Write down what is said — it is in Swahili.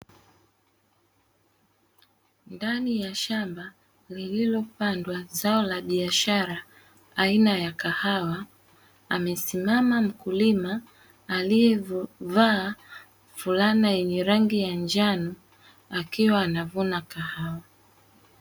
Ndani ya shamba lililopandwa zao la biashara aina ya kahawa, amesimama mkulima aliyevaa fulana yenye rangi ya njano akiwa anavuna kahawa.